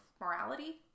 morality